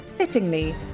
Fittingly